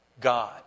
God